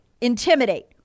intimidate